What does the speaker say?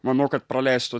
manau kad praleistų